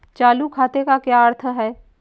चालू खाते का क्या अर्थ है?